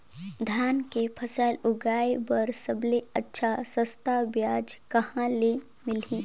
धान के फसल उगाई बार सबले अच्छा सस्ता ब्याज कहा ले मिलही?